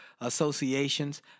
associations